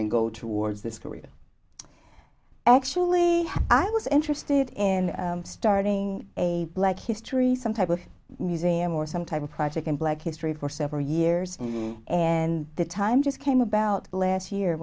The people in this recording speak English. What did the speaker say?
and go towards this career actually i was interested in starting a black history some type of museum or some type of project in black history for several years and the time just came about last year